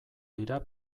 dira